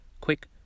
quick